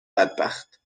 بدبخت